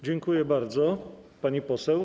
Dziękuję bardzo, pani poseł.